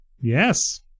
yes